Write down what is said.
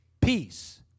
Peace